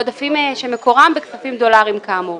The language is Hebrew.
עודפים שמקורם בכספים דולריים, כאמור.